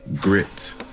Grit